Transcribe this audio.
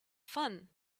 fun